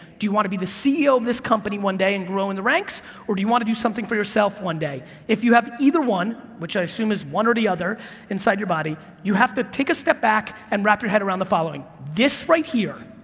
do you want to be the ceo of this company one day and grow in the ranks or do you want to do something for yourself one day, if you have either one, which i assume is one or the other inside your body, you have to take a step back and wrap your head around the following, this right here,